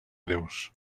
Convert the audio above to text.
greus